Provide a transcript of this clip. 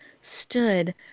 stood